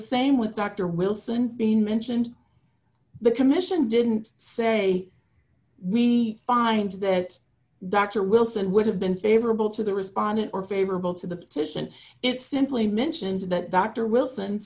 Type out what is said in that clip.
same with dr wilson being mentioned the commission didn't say we find that dr wilson would have been favorable to the respondent or favorable to the petition it's simply mentioned that dr wilson